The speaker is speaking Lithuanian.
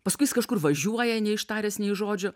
paskui jis kažkur važiuoja neištaręs nei žodžio